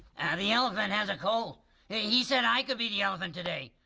the elephant has a cold. yeah he said i could be the elephant today.